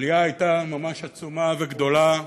העלייה הייתה ממש עצומה וגדולה,